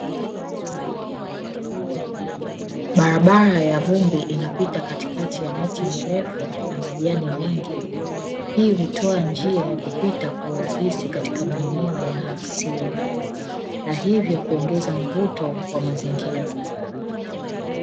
Barabara ya vumbi inapita katikati ya miti mirefu na majani mengi, hii hutoa njia ya kupita katika eneo la asili na hivyo kuongeza mvuto wa mazingira.